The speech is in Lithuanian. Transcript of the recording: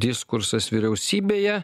diskursas vyriausybėje